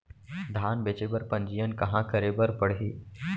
धान बेचे बर पंजीयन कहाँ करे बर पड़ही?